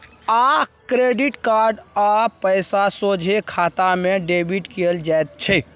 आब credit card क पैसा सोझे खाते सँ डेबिट भए जाइत छै